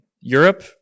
Europe